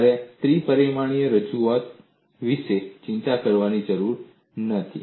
તમારે ત્રિ પરિમાણીય રજૂઆત વિશે ચિંતા કરવાની જરૂર નથી